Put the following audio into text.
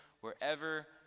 wherever